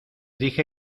dije